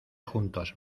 juntos